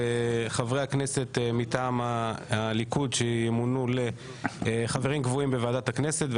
חברי הכנסת מטעם הליכוד שימונו לחברים קבועים בוועדת הכנסת,